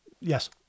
Yes